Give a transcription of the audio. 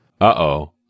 Uh-oh